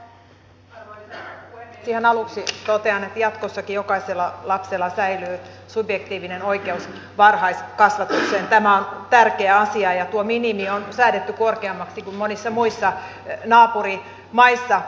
ihan aluksi totean että jatkossakin jokaisella lapsella säilyy subjektiivinen oikeus varhaiskasvatukseen tämä on tärkeä asia ja tuo minimi on säädetty korkeammaksi kuin monissa muissa naapurimaissa